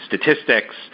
statistics